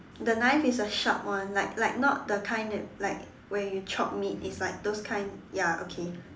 the knife is a sharp one like like not the kind that like where you chop meat it's like those kind ya okay